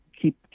Keep